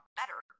better